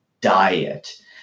diet